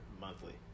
monthly